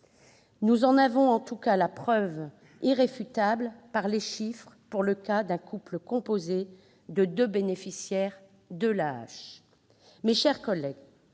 Nous en avons en tout cas la preuve irréfutable par les chiffres pour le cas d'un couple composé de deux bénéficiaires de l'AAH. Mes chers collègues,